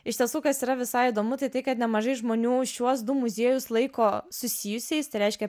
iš tiesų kas yra visai įdomu tai tai kad nemažai žmonių šiuos du muziejus laiko susijusiais tai reiškia